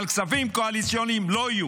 אבל כספים קואליציוניים לא יהיו.